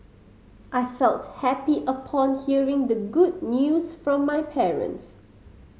I felt happy upon hearing the good news from my parents